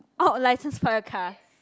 oh license for your car